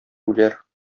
үләр